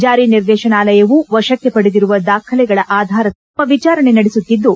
ಜಾರಿ ನಿರ್ದೇಶನಾಲಯವು ವಶಕ್ಕೆ ಪಡೆದಿರುವ ದಾಖಲೆಗಳ ಆಧಾರದ ಮೇಲೆ ತಮ್ನ ವಿಚಾರಣೆ ನಡೆಸುತ್ತಿದ್ದು